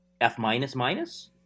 F-minus-minus